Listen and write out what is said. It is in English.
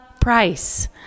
price